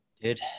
Dude